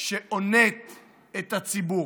שהונתה את הציבור.